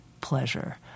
pleasure